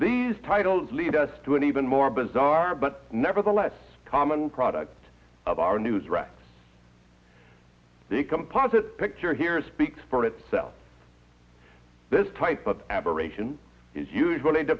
these titles lead us to an even more bizarre but never the less common product of our news racks the composite picture here speaks for it self this type of aberration is usually